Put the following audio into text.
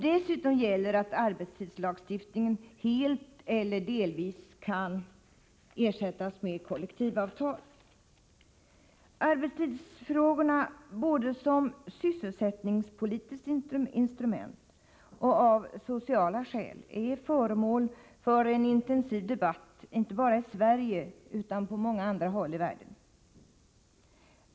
Dessutom gäller att arbetstidslagstiftningen helt eller delvis kan ersättas med kollektivavtal. Arbetstidsfrågorna är, som sysselsättningspolitiskt instrument och av sociala skäl, föremål för en intensiv debatt, inte bara i Sverige utan på många andra håll i världen.